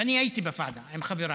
ואני הייתי בוועדה עם חבריי,